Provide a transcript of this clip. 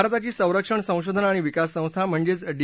भारताची संरक्षण संशोधन आणि विकास संस्था म्हणजेच डी